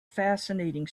fascinating